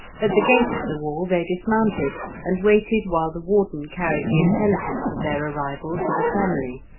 at the gate of the wall they dismounted, and waited while the warden carried the intelligence of their arrival to the family.